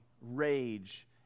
Rage